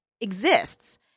exists